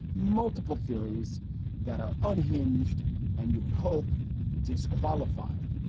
multiple theories that are unhinged and you would hope disqualifying.